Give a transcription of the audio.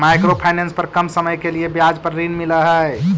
micro finance पर कम समय के लिए ब्याज पर ऋण मिलऽ हई